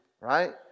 right